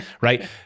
right